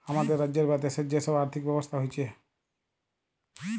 হামাদের রাজ্যের বা দ্যাশের যে সব আর্থিক ব্যবস্থা হচ্যে